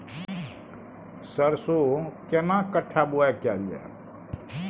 सरसो केना कट्ठा बुआई कैल जाय?